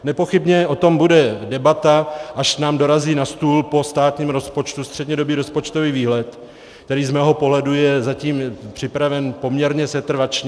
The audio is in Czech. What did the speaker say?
Nepochybně o tom bude debata, až nám dorazí na stůl po státním rozpočtu střednědobý rozpočtový výhled, který je z mého pohledu zatím připraven poměrně setrvačně.